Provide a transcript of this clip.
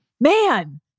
man